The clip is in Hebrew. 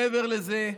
מעבר לזה,